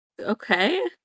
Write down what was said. Okay